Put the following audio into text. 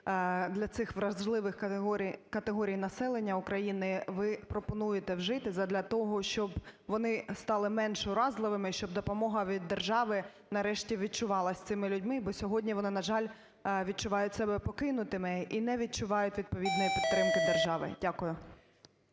для цих вразливих категорій населення України ви пропонуєте вжити задля того, щоб вони стали менш уразливими, щоб допомога від держави нарешті відчувалась цими людьми? Бо сьогодні вони, на жаль, відчувають себе покинутими і не відчувають відповідної підтримки держави. Дякую.